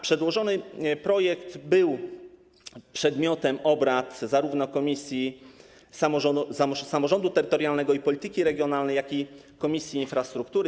Przedłożony projekt był przedmiotem obrad zarówno Komisji Samorządu Terytorialnego i Polityki Regionalnej, jak i Komisji Infrastruktury.